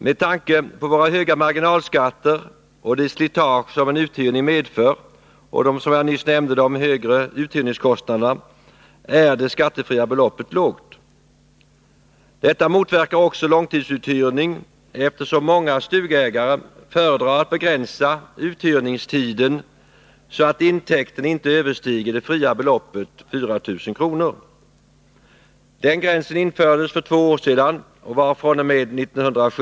Med tanke på våra höga marginalskatter och det slitage som en uthyrning medför är det skattefria beloppet lågt. Detta motverkar också långtidsuthyrning, eftersom många stugägare föredrar att begränsa uthyrningstiden så, att intäkten inte överstiger det fria beloppet, 4 000 kr. Den gränsen infördes för två år sedan, och beloppet var 2 400 kr.